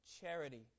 charity